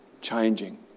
Changing